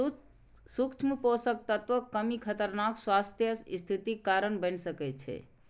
सूक्ष्म पोषक तत्वक कमी खतरनाक स्वास्थ्य स्थितिक कारण बनि सकै छै